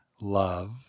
love